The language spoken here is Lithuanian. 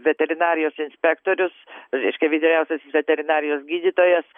veterinarijos inspektorius reiškia vyriausiasis veterinarijos gydytojas